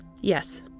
yes